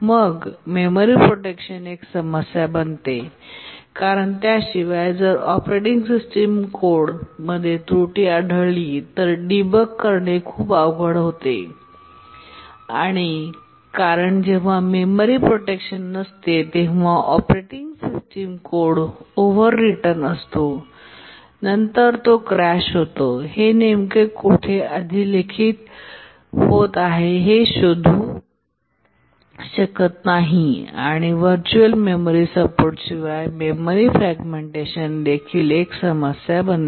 मग memory protection एक समस्या बनते कारण त्याशिवाय जर ऑपरेटिंग सिस्टम कोड मध्ये त्रुटी आढळली तर डीबग करणे खूप अवघड होते आणि कारण जेव्हा मेमरी प्रोटेक्शन नसते तेव्हा operating system code overwritten असतो आणि नंतर तो क्रॅश होतोहे नेमक्या कोठे अधिलिखित होत आहे हे शोधू शकत नाही आणि व्हर्च्युअल मेमरी सपोर्ट शिवाय मेमरी फ्रॅगमेंटेशन देखील एक समस्या बनते